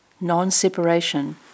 Non-separation